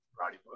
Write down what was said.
Roddy